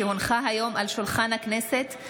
כי הונחה היום על שולחן הכנסת,